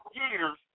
years